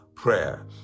prayer